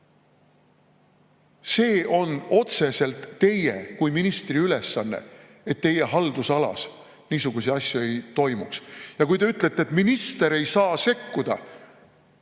See on otseselt teie kui ministri ülesanne, et teie haldusalas niisuguseid asju ei toimuks. Kui te ütlete, et minister ei saa sekkuda,